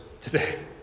today